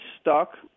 stuck